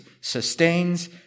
sustains